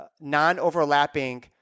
non-overlapping